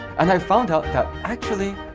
and i found out that actually,